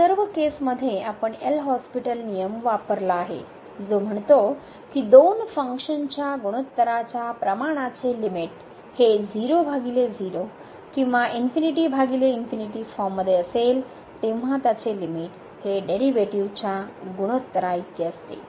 या सर्व केस मध्ये आपण एल हॉस्पिटल नियम वापरला आहे जो म्हणतो की दोन फंक्शनच्या गुणोत्तराच्या प्रमानाचे लिमिट हे 00 or फॉर्म मध्ये असेल तेव्हा त्याचे लिमिट हे डेरिव्हेटिव्ह्ज च्या गुणोत्तर इतके असते